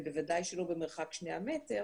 ובוודאי שלא במרחק שני המטר